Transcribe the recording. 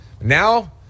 now